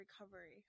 recovery